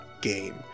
game